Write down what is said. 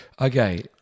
Okay